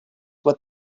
what